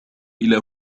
إلى